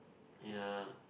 ya